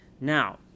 Now